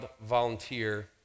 volunteer